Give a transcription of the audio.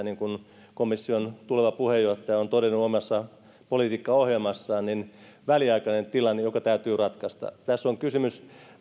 niin kuin komission tuleva puheenjohtaja on todennut omassa politiikkaohjelmassaan on väliaikainen tilanne joka täytyy ratkaista tässä on kysymys